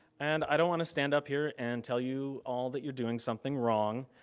and i don't want to stand up here and tell you all that you're doing something wrong,